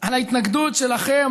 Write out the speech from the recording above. ההתנגדות שלכם,